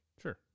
Sure